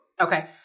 okay